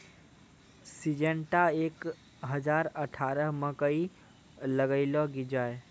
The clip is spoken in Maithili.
सिजेनटा एक हजार अठारह मकई लगैलो जाय?